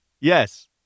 Yes